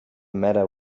matter